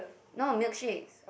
no milkshake